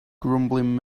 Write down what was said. grumbling